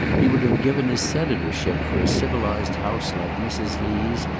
he would have given his senatorship for a civilized house like mrs. lee's,